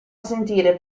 sentire